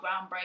groundbreaking